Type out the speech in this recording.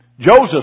Joseph